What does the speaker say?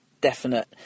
definite